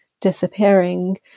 disappearing